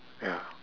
ya